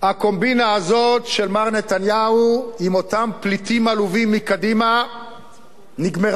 הקומבינה הזאת של מר נתניהו עם אותם פליטים עלובים מקדימה נגמרה.